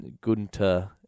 Gunter